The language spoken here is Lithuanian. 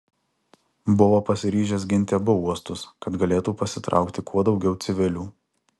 buvo pasiryžęs ginti abu uostus kad galėtų pasitraukti kuo daugiau civilių